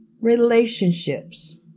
relationships